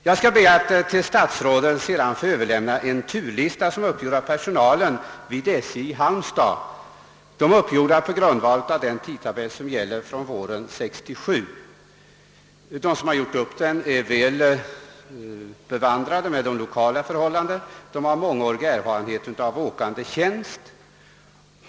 Jag skall be att senare till statsrådet få överlämna en turlista som uppgjorts av personal vid SJ i Halmstad. Den är upprättad på grundval av den tidtabell som gäller från våren 1967. De som gjort upp tabellen är väl bevandrade med de lokala förhållandena och har mångårig erfarenhet av åkandetjänst.